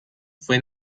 fue